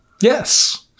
Yes